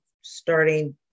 starting